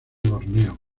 borneo